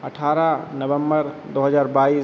अठारह नवंबर दो हजार बाईस